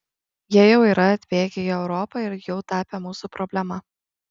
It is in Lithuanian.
jie jau yra atbėgę į europą ir jau tapę mūsų problema